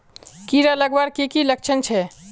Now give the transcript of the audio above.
कीड़ा लगवार की की लक्षण छे?